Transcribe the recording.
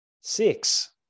Six